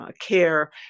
care